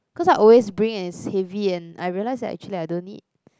cause I always bring and it's heavy and I realised that actually I don't need